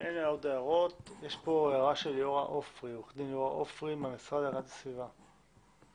יש הערה של עורכת הדין ליאורה עופרי מהמשרד להגנת הסביבה.